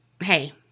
hey